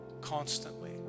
constantly